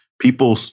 people